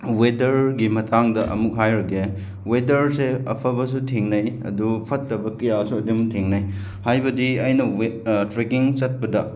ꯋꯦꯗꯔꯒꯤ ꯃꯇꯥꯡꯗ ꯑꯃꯨꯛ ꯍꯥꯏꯔꯒꯦ ꯋꯦꯗꯔꯁꯦ ꯑꯐꯕꯁꯨ ꯊꯦꯡꯅꯩ ꯑꯗꯨ ꯐꯠꯇꯕ ꯀꯌꯥꯁꯨ ꯑꯗꯨꯝ ꯊꯦꯡꯅꯩ ꯍꯥꯏꯕꯗꯤ ꯑꯩꯅ ꯇ꯭ꯔꯦꯀꯤꯡ ꯆꯠꯄꯗ